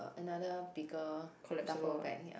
another bigger duffel bag ya